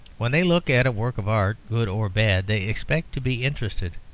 when they look at a work of art, good or bad, they expect to be interested,